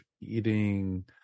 eating